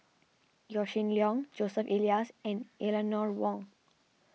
Yaw Shin Leong Joseph Elias and Eleanor Wong